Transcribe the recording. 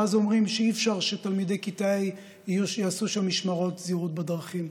ואז אומרים שאי-אפשר שתלמידי כיתה ה' יעשו שם משמרות זהירות בדרכים.